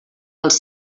els